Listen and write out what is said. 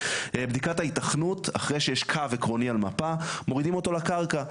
בדיקת ההיתכנות אחרי שיש קו עקרוני על מפה מורידים אותו לקרקע,